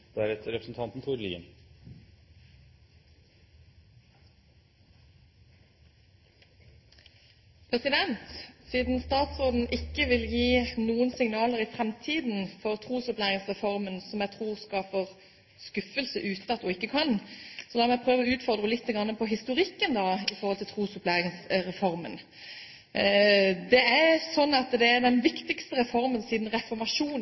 Siden statsråden ikke vil gi noen signaler om framtiden for Trosopplæringsreformen – og jeg tror det skaper skuffelse ute at hun ikke kan – får jeg prøve å utfordre henne litt på historikken til Trosopplæringsreformen. Det er den viktigste reformen siden reformasjonen, har man snakket om innenfor Den